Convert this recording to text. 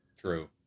True